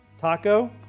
taco